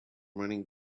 running